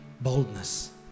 boldness